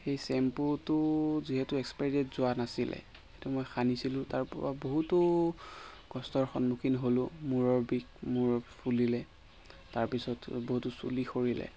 সেই শ্ৱেম্পুটোৰ যিহেতু এক্সপাইৰি ডেট যোৱা নাছিলে সেইটো মই সানিছিলোঁ তাৰ পৰা বহুতো কষ্টৰ সন্মুখীন হ'লো মূৰৰ বিষ মূৰৰ ফুলিলে তাৰ পিছত বহুতো চুলি সৰিলে